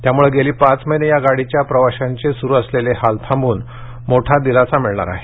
त्यामुळे गेली पाच महिने या गाडीच्या प्रवाशांचे सुरू असलेले हाल थांबून मोठा दिलासा मिळणार आहे